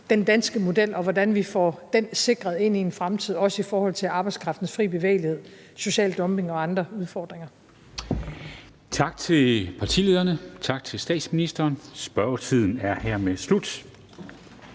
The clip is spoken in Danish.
den danske model, og hvordan vi får den sikret i en fremtid, også i forhold til arbejdskraftens frie bevægelighed, social dumping og andre udfordringer. Kl. 14:19 Formanden (Henrik Dam Kristensen): Tak til partilederne. Tak til statsministeren. Spørgetiden er hermed slut.